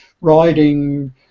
riding